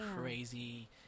crazy